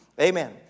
amen